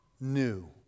New